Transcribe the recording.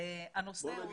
הנושא.